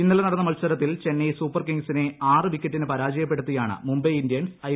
ഇന്നലെ നടന്ന മത്സരത്തിൽ ചെന്നൈ സൂപ്പർ കിംഗ്സിനെ ആറ് വിക്കറ്റിന് പരാജയപ്പെടുത്തിയാണ് മുംബൈ ഇന്ത്യൻസ് ഐ